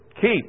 keep